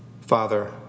Father